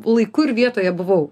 laiku ir vietoje buvau